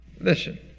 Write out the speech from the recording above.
Listen